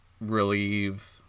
relieve